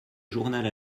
journal